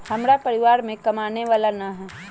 हमरा परिवार में कमाने वाला ना है?